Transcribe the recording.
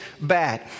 bad